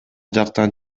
жактан